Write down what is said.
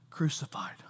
crucified